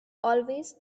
always